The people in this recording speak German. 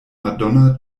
madonna